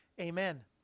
amen